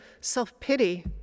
self-pity